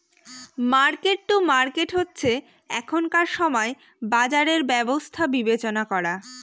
market to market হচ্ছে এখনকার সময় বাজারের ব্যবস্থা বিবেচনা করা